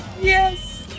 Yes